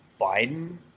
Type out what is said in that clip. Biden